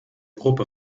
gruppe